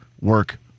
Work